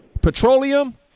petroleum